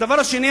הדבר השני,